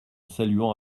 saluant